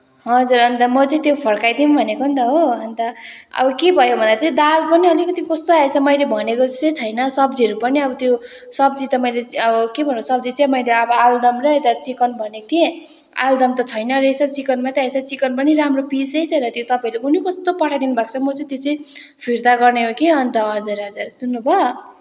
हजुर अन्त म चाहिँ त्यो फर्काइ दिउँ भनेको नि त हो अन्त अब के भयो भन्दा चाहिँ दाल पनि अलिकति कस्तो आएछ मैले भनेको जस्तो छैन सब्जीहरू पनि अब त्यो सब्जी त मैले अब के भन्नु सब्जी चाहिँ अब मैले त्यो आलुदम र यता चिकन भनेको थिएँ आलुदम त छैन रहेछ चिकन मात्रै आएछ चिकन पनि राम्रो पिसै छैन त्यो तपाईँहरूले कुनि कस्तो पठाइ दिनुभएको छ म चाहिँ त्यो चाहिँ फिर्ता गर्ने हो कि अन्त हजुर हजुर सुन्नुभयो